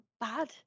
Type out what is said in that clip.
bad